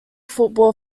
football